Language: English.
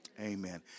amen